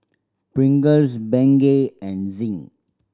Pringles Bengay and Zinc